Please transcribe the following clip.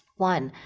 one,